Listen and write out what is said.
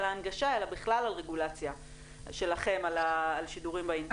ההנגשה אלא בכלל על רגולציה שלכם על שידורים באינטרנט.